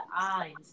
eyes